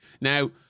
now